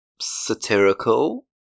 Satirical